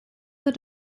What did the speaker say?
that